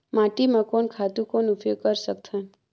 माटी म कोन खातु कौन उपयोग कर सकथन?